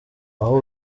aho